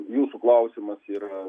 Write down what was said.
jūsų klausimas yra